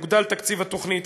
יוגדל תקציב התוכנית,